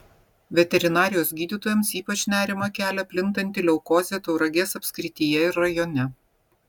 veterinarijos gydytojams ypač nerimą kelia plintanti leukozė tauragės apskrityje ir rajone